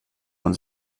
man